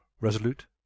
resolute